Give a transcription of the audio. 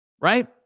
right